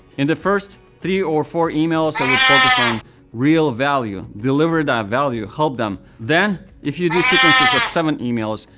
in the first three or four emails, i would focus on real value. deliver that value, help them. them. then, if you do sequences of seven emails,